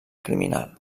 criminal